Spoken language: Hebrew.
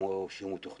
כמו שהוא מתוכנן,